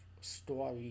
story